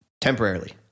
temporarily